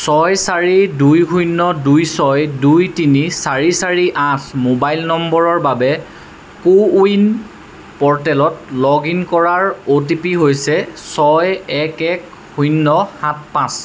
ছয় চাৰি দুই শূণ্য দুই ছয় দুই তিনি চাৰি চাৰি আঠ মোবাইল নম্বৰৰ বাবে কো ৱিন প'ৰ্টেলত লগ ইন কৰাৰ অ'টিপি হৈছে ছয় এক এক শূণ্য সাত পাঁচ